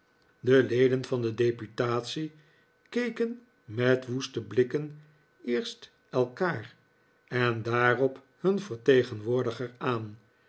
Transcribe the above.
de leden van de deputatie keken met woeste blikken eerst elkaar en daarop hun vertegenwoordiger aan